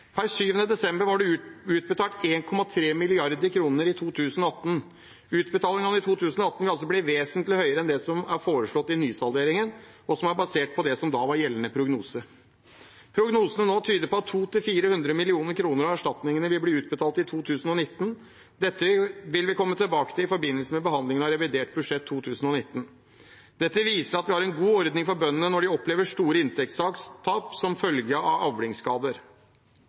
Per 7. desember var det utbetalt 1,3 mrd. kr i 2018. Utbetalingene i 2018 vil altså bli vesentlig høyere enn det som er foreslått i nysalderingen, og som er basert på det som da var gjeldende prognose. Prognosene nå tyder på at 200–400 mill. kr av erstatningene vil bli utbetalt i 2019. Dette vil vi komme tilbake til i forbindelse med behandlingen av revidert budsjett 2019. Dette viser at vi har en god ordning for bøndene når de opplever store inntektstap som følge av avlingsskader.